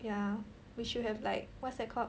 ya we should have like what's that called